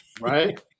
Right